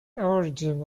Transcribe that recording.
origin